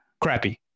crappy